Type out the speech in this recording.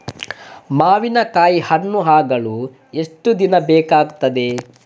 ಮಾವಿನಕಾಯಿ ಹಣ್ಣು ಆಗಲು ಎಷ್ಟು ದಿನ ಬೇಕಗ್ತಾದೆ?